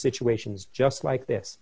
situations just like this